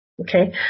okay